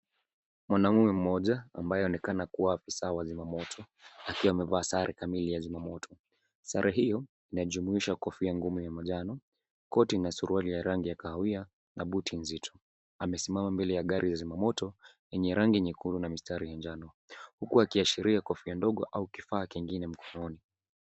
Mwanaume mmoja ambaye aonekana kuwa afisa wa zimamoto, akiwa amevaa sare kamili ya zimamoto. Sare hiyo inajumuisha kofia ngumu ya manjano, koti na suruali ya rangi ya kahawia na buti nzito. Amesimama mbele ya gari ya zimamoto, yenye rangi nyekundu na mistari ya njano, huku akiashiria kofia ndogo au kifaa kingine mkononi.